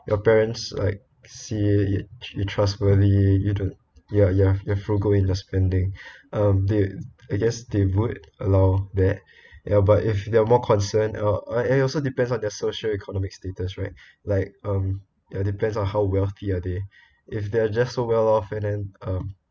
your parents like see it you trustworthy you do~ ya ya you're frugal in your spending um did I guess they would allow that ya if they are more concerned or or also depends on their socioeconomic status right like um ya depends on how wealthier are they if they are just so well off and then um